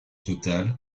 total